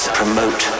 promote